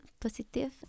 positive